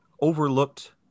overlooked